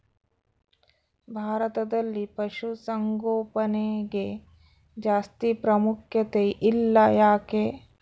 ಭಾರತದಲ್ಲಿ ಪಶುಸಾಂಗೋಪನೆಗೆ ಜಾಸ್ತಿ ಪ್ರಾಮುಖ್ಯತೆ ಇಲ್ಲ ಯಾಕೆ?